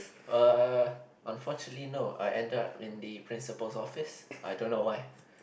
err unfortunately no I ended up in the principal's office I don't know why